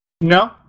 No